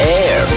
air